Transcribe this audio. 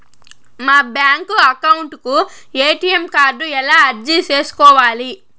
మా bank account కు ATM card ఎలా అర్జీ సేసుకోవాలి?